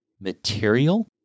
material